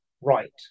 right